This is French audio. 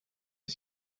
est